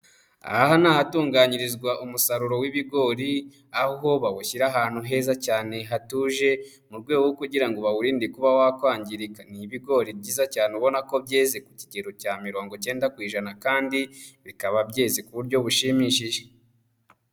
Aha ni ahatunganyirizwa umusaruro w'ibigori, aho bawushyira ahantu heza cyane hatuje, mu rwego rwo kugira ngo bawurinde kuba wakwangirika, ni ibigori byiza cyane ubona ko byeze ku kigero cya mirongo cyenda ku ijana, kandi bikaba byeze ku buryo bushimishije.